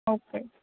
okay